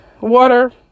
water